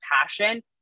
passion